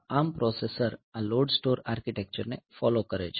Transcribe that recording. આ ARM processor આ load store આર્કિટેક્ચરને ફોલો કરે છે